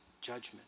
judgment